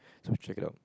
so check it out